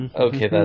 okay